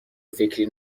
فکری